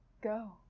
go